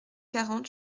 quarante